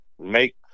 make